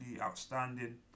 outstanding